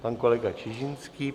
Pan kolega Čižinský.